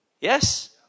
Yes